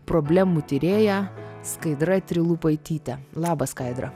problemų tyrėja skaidra trilupaityte labas skaidra